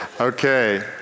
Okay